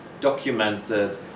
documented